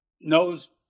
knows